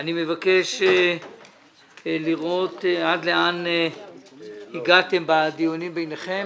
ואני מבקש לראות עד לאן הגעתם בדיונים ביניכם,